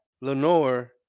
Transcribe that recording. lenore